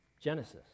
Genesis